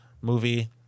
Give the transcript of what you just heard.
movie